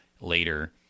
later—